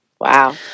Wow